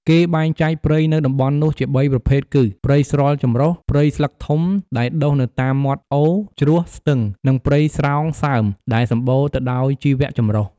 គេបែងចែកព្រៃនៅតំបន់នោះជាបីប្រភេទគឺ ព្រៃស្រល់ចម្រុះ ព្រៃស្លឹកធំដែលដុះនៅតាមមាត់អូរ ជ្រោះ ស្ទឹង និងព្រៃស្រោងសើមដែលសំបូរទៅដោយជីវចម្រុះ។